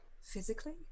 Physically